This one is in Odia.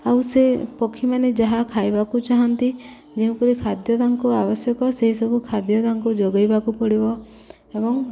ଆଉ ସେ ପକ୍ଷୀମାନେ ଯାହା ଖାଇବାକୁ ଚାହାନ୍ତି ଯେଉଁପରି ଖାଦ୍ୟ ତାଙ୍କୁ ଆବଶ୍ୟକ ସେହିସବୁ ଖାଦ୍ୟ ତାଙ୍କୁ ଯୋଗେଇବାକୁ ପଡ଼ିବ ଏବଂ